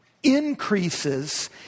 increases